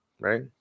right